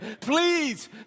Please